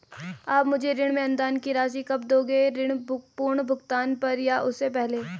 आप मुझे ऋण में अनुदान की राशि कब दोगे ऋण पूर्ण भुगतान पर या उससे पहले?